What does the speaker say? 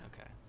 Okay